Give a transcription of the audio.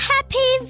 Happy